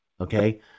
Okay